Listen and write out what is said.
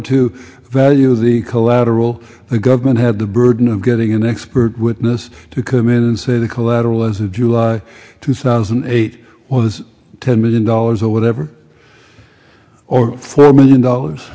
to value is the collateral the government have the burden of getting an expert witness to come in and say the collateral as of july two thousand and eight was ten million dollars or whatever or four million dollars